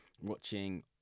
watching